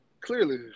Clearly